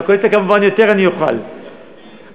מהקואליציה אני אוכל כמובן יותר,